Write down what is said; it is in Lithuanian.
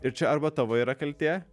ir čia arba tavo yra kaltė